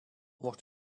wordt